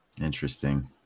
interesting